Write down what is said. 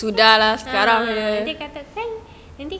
dia kata kan nanti